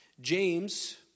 James